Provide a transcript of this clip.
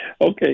okay